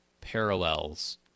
parallels